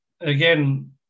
Again